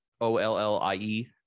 o-l-l-i-e